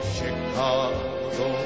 Chicago